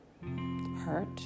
hurt